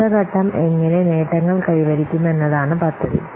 അടുത്ത ഘട്ടം എങ്ങനെ നേട്ടങ്ങൾ കൈവരിക്കുമെന്നതാണ് പദ്ധതി